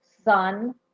Sun